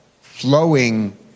flowing